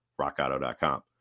rockauto.com